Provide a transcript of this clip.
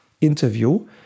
interview